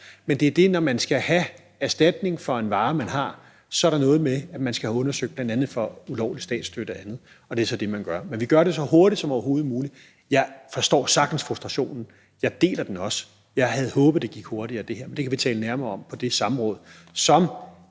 Men det er sådan, at når man skal have erstatning for en vare, man har, så er der noget med, at man skal undersøges for bl.a. ulovlig statsstøtte og andet, og det er så det, man gør. Men vi gør det så hurtigt som overhovedet muligt. Jeg forstår sagtens frustrationen her; jeg deler den også. Jeg havde håbet, at det her gik hurtigere, men det kan vi tale nærmere om på det samråd, som